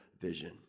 vision